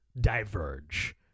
diverge